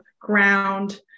ground